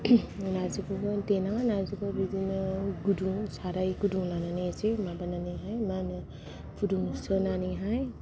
नार्जिखौबो देनानै बिदिनो गुदुं साराय गुदुं लानानै एसे माबानानैहाय मा होनो फुदुंस्रोनानै हाय